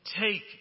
Take